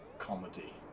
comedy